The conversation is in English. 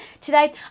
Today